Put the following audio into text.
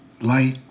light